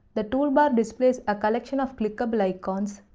the toolbar displays a collection of clickable icons,